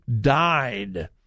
died